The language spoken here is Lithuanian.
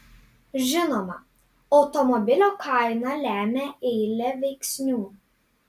žinoma automobilio kainą lemia eilė veiksnių